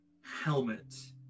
helmet